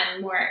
more